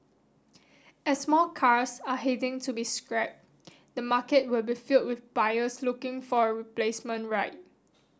as more cars are heading to be scrapped the market will be filled with buyers looking for a replacement ride